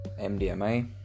MDMA